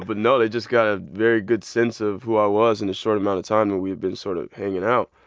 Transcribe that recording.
ah but no they just got a very good sense of who i was in the short amount of time that we'd been sort of hanging out.